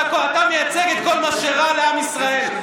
אתה מייצג את כל מה שרע לעם ישראל.